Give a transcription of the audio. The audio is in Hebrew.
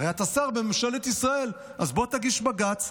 הרי אתה שר בממשלת ישראל, אז בוא תגיש בג"ץ.